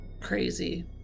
crazy